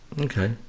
Okay